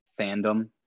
fandom